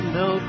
no